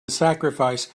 sacrifice